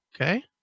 Okay